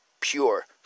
pure